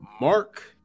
Mark